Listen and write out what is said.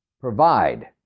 provide